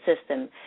system –